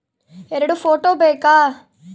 ಎರಡು ಫೋಟೋ ಬೇಕಾ?